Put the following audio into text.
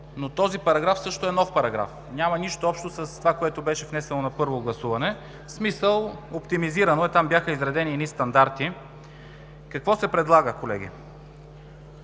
но този параграф също е нов и няма нищо общо с това, което беше внесено на първо гласуване, в смисъл, е оптимизирано, че там бяха изредени едни стандарти. Какво се предлага, колеги?